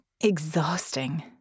exhausting